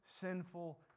sinful